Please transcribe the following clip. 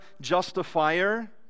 justifier